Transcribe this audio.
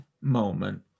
moment